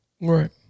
Right